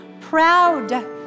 proud